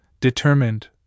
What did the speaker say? determined